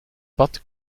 pad